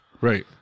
Right